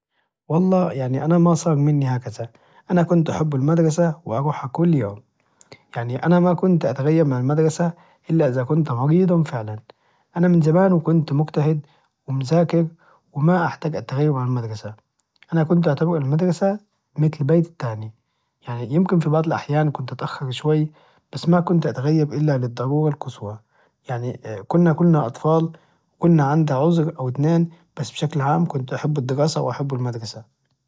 والله يعني أنا ماصار مني هكذا انا كنت احب المدرسة واروحه كل يوم يعني أنا ما كنت اتغير من المدرسة الا اذا كنت مريضا فعلا أنا من زمان وكنت مجتهد ومذاكر وما أحتاج اتغيب عن المدرسة يعني أنا كنت أعتبر المدرسة متل بيتي التاني يعني يمكن في بعض الأحيان كنت اتأخر شوي بس ما كنت اتغيب الا للضرورة القصوى يعني كنا كلنا أطفال كنا عنا عذر أو اتنين بس بشكل عام كنت احب الدراسة واحب المدرسة